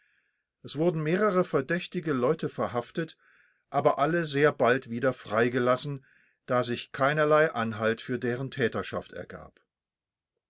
es wurden mehrere verdächtige leute verhaftet aber alle sehr bald wieder freigelassen da sich keinerlei anhalt für deren täterschaft ergab